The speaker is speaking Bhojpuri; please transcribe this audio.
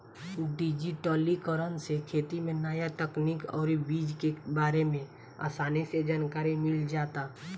डिजिटलीकरण से खेती में न्या तकनीक अउरी बीज के बारे में आसानी से जानकारी मिल जाता